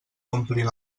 omplin